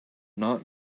not